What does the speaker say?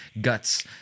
guts